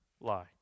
Lie